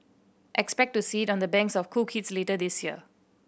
expect to see it on the banks of cool kids later this year